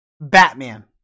Batman